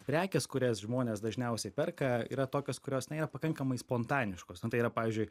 prekės kurias žmonės dažniausiai perka yra tokios kurios na yra pakankamai spontaniškos na tai yra pavyzdžiui